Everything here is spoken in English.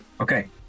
Okay